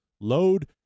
Load